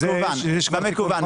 זה מקוון,